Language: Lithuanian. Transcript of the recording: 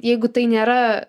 jeigu tai nėra